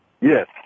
Yes